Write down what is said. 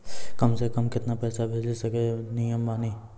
कम से कम केतना पैसा भेजै के नियम बानी?